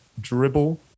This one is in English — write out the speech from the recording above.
Dribble